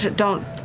don't,